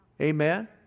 Amen